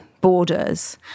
borders